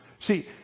See